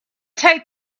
take